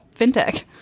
fintech